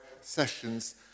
sessions